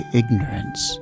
ignorance